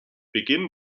beginn